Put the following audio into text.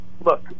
look